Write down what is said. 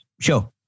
Sure